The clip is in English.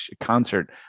concert